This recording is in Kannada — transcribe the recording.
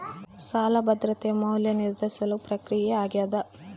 ಸಾಲ ಭದ್ರತೆಯ ಮೌಲ್ಯ ನಿರ್ಧರಿಸುವ ಪ್ರಕ್ರಿಯೆ ಆಗ್ಯಾದ